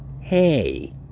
hey